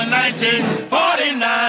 1949